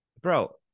Bro